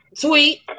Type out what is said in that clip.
Tweet